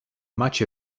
much